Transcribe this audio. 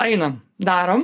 einam darom